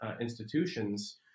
institutions